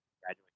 Graduate